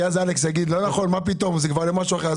כי אז אלכס יגיד שזה לא נכון שזה כבר למשהו אחר,